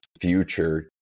future